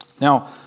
Now